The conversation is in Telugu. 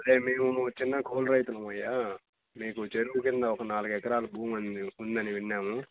అదే మేము చిన్న కూలి రైతులము అయ్యా మీకు చెరువు కింద ఒక నాలుగు ఎకరాలు భూమి ఉందని విన్నాము